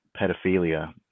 pedophilia